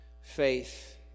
faith